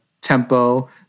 tempo